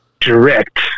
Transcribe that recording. direct